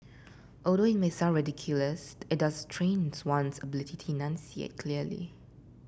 although it may sound ridiculous it does train one's ability to enunciate clearly